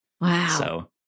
wow